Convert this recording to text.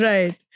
Right